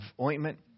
ointment